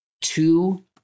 two